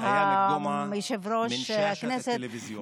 יושב-ראש הכנסת,